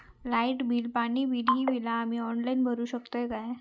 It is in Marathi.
लाईट बिल, पाणी बिल, ही बिला आम्ही ऑनलाइन भरू शकतय का?